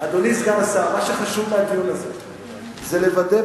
מה שחשוב שיצא מהדיון הזה זה לוודא,